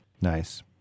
Nice